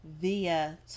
via